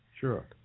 Sure